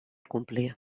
complir